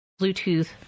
Bluetooth